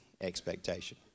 expectation